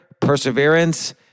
perseverance